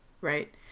Right